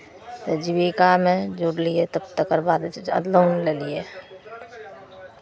तऽ जीविकामे जुड़लियै तऽ तकरबाद जे छै से आब लोन लेलियै